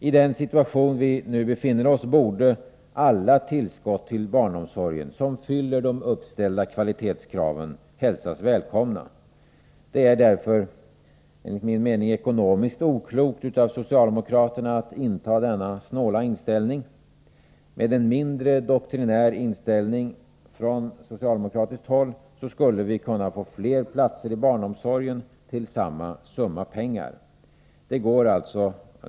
I den situation vi nu befinner oss i borde alla tillskott till barnomsorgen som fyller de uppställda kvalitetskraven hälsas välkomna. Det är enligt min mening ekonomiskt oklokt av socialdemokraterna att inta denna snåla inställning. Med en mindre doktrinär inställning från socialdemokratiskt håll skulle vi kunna få fler platser i barnomsorgen till samma summa pengar.